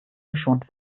geschont